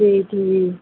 جی ٹھیک